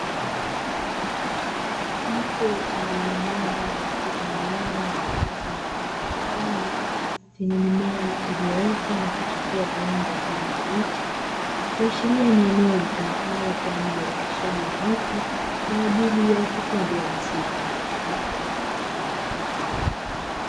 Mtu aliyeinama katika eneo la wazi mfano wa kitalu chenye mimea iliyoota na kuchipua kwa rangi ya kijani kibichi, kuashiria ni eneo litumikalo kwa ajili ya uoteshaji wa miti kwa ajili ya uhifadhi wa misitu.